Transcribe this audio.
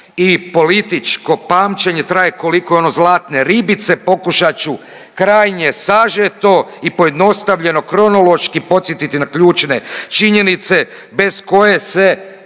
i političko pamćenje traje koliko i ono zlatne ribice, pokušat ću krajnje sažeto i pojednostavljeno kronološki podsjetiti na ključne činjenice bez koje se